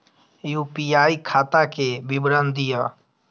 UPI खाता के विवरण दिअ?